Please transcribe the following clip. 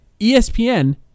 ESPN